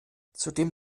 zudem